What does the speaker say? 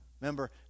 remember